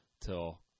till